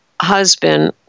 Husband